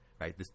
Right